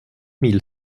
mille